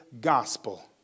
gospel